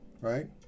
right